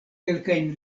kelkajn